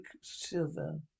silver